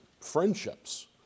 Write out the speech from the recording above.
friendships